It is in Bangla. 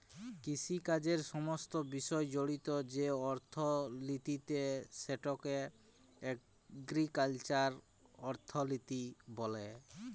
কিষিকাজের সমস্ত বিষয় জড়িত যে অথ্থলিতি সেটকে এগ্রিকাল্চারাল অথ্থলিতি ব্যলে